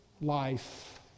life